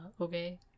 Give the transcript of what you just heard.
Okay